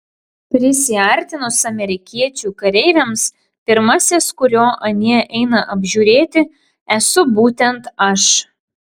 prisiartinus amerikiečių kareiviams pirmasis kurio anie eina apžiūrėti esu būtent aš